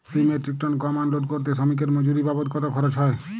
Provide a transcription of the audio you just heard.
দুই metric ton গম unload করতে শ্রমিক এর মজুরি বাবদ কত খরচ হয়?